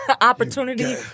opportunity